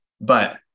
but-